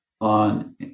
on